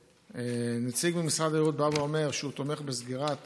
שלפיו נציג ממשרד הבריאות אומר שהוא תומך בסגירת